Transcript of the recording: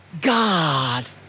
God